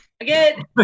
Again